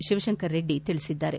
ಶಿವಶಂಕರರೆಡ್ಡಿ ತಿಳಿಸಿದ್ದಾರೆ